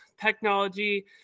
technology